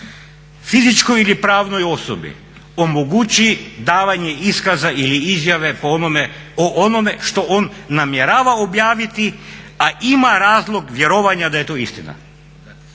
fizičkoj ili pravnoj osobi omogući davanje iskaza ili izjave o onome što on namjerava objaviti, a ima razlog vjerovanja da je to istina.